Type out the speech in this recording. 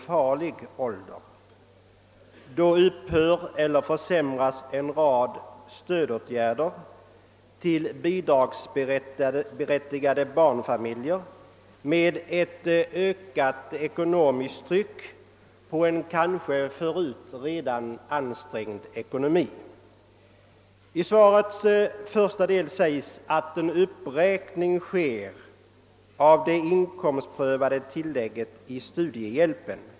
När barnet fyller 16 år upphör eller försämras en rad stödåtgärder till bidragsberättigade barnfamiljer, med ett ökat ekonomiskt tryck på en kanske redan förut ansträngd ekonomi som följd. I svarets första del sägs att en uppräkning sker av det inkomstprövade tillägget i studiehjälpen.